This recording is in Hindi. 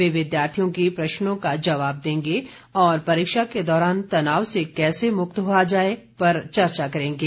वे विद्यार्थियों के प्रश्नों का जवाब देंगे और परीक्षा के दौरान तनइव से कैसे मक्त हआ जाए पर चर्चा करेंगे